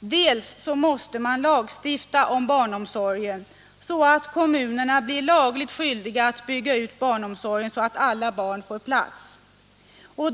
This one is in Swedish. Dels måste man lagstifta om barnomsorgen, så att kommunerna blir lagligt skyldiga att bygga ut barnomsorgen så att alla barn får plats.